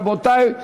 רבותי,